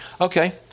Okay